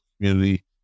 community